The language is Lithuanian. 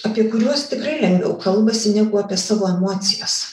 apie kuriuos tikrai lengviau kalbasi negu apie savo emocijas